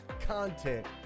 content